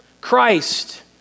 Christ